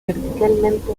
verticalmente